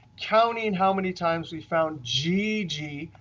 counting how many times we found gigi.